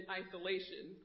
isolation